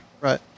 Right